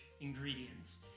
ingredients